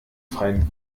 freien